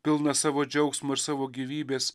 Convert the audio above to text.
pilną savo džiaugsmo ir savo gyvybės